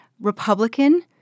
Republican